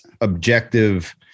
objective